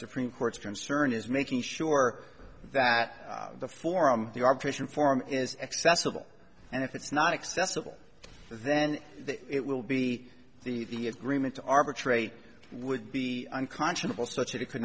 supreme court's concern is making sure that the forum the arbitration form is accessible and if it's not accessible then it will be the the agreement to arbitrate would be unconscionable such that it could